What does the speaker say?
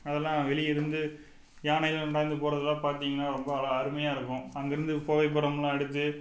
அதலாம் வெளியே இருந்து யானையெலாம் இந்தாண்டு போகிறதுலாம் பார்த்திங்னா ரொம்ப அவ்வளோ அருமையாக இருக்கும் அங்கேருந்து கோவை புகைப்படம் எடுத்து